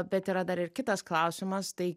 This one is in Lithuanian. bet yra dar ir kitas klausimas tai